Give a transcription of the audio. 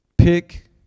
Pick